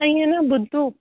त ईअं न ॿुधो